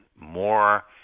more